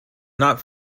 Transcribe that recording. not